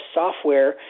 software